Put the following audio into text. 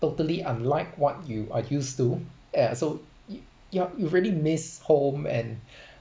totally unlike what you are used to ya so you you're you really miss home and